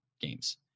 games